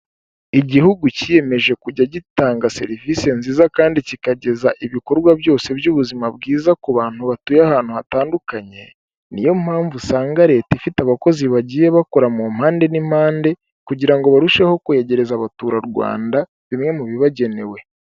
Igihugu cyiyemeje kujya gitanga serivise nziza kandi kikageza ibikorwa byose by'ubuzima bwiza ku bantu batuye ahantu hatandukanye, niyo mpamvu usanga leta ifite abakozi bagiye bakora mu mpande n'impande kugira ngo barusheho kwegereza abaturarwanda bimwe mu bibagenewe.